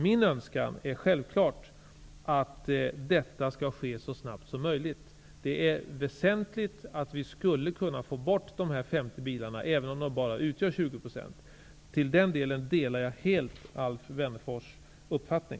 Min önskan är självfallet att detta skall ske så snabbt som möjligt. Det är väsentligt att få bort dessa 50 bilar, även om de bara utgör 20 %. I den delen delar jag helt Alf Wennerfors uppfattning.